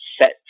set